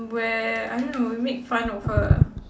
where I don't know we make fun of her ah